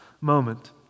moment